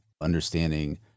understanding